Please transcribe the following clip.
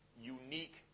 unique